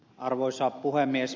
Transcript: arvoisa puhemies